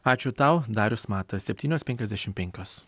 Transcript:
ačiū tau darius matas septynios penkiasdešim penkios